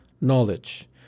knowledge